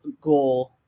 goal-